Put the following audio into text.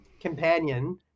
companion